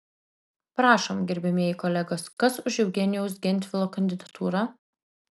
prašom gerbiamieji kolegos kas už eugenijaus gentvilo kandidatūrą